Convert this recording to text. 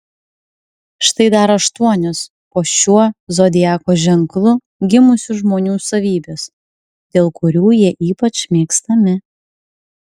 štai dar aštuonios po šiuo zodiako ženklu gimusių žmonių savybės dėl kurių jie ypač mėgstami